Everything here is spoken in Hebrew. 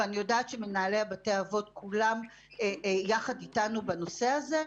ואני יודעת שמנהלי בתי האבות כולם יחד איתנו בנושא הזה.